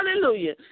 Hallelujah